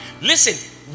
Listen